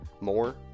more